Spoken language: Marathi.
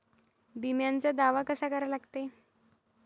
बिम्याचा दावा कसा करा लागते?